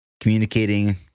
communicating